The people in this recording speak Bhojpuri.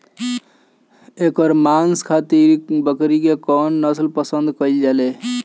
एकर मांस खातिर बकरी के कौन नस्ल पसंद कईल जाले?